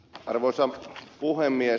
arvoisa puhemies